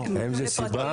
יש לזה סיבה?